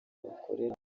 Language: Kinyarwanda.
bakorera